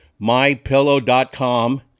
mypillow.com